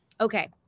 Okay